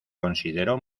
consideró